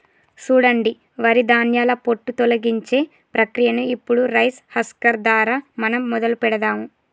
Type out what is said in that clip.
సూడండి వరి ధాన్యాల పొట్టు తొలగించే ప్రక్రియను ఇప్పుడు రైస్ హస్కర్ దారా మనం మొదలు పెడదాము